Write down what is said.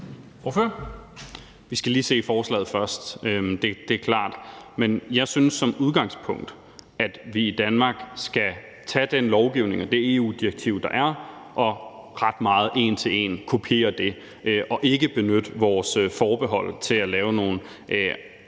Vi skal lige se forslaget først, det er klart. Men jeg synes i udgangspunktet, at vi i Danmark skal tage den lovgivning og det EU-direktiv, der er, og ret meget kopiere det en til en, og altså ikke benytte vores forbehold til at lave en